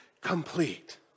complete